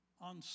on